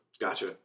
Gotcha